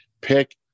pick